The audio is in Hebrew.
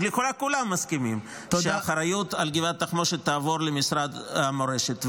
ולכאורה כולם מסכימים שהאחריות על גבעת התחמושת תעבור למשרד המורשת.